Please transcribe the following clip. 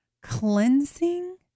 cleansing